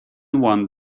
one